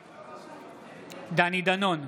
בעד דני דנון,